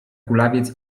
kulawiec